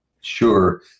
Sure